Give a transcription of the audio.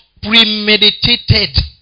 premeditated